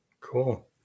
Cool